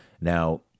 Now